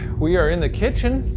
we are in the kitchen.